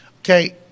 Okay